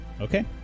Okay